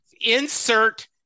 insert